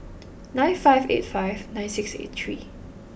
nine five eight five nine six eight three